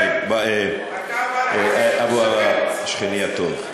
אתה, אבו עראר, שכני הטוב,